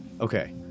Okay